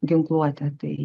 ginkluotę tai